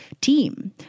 team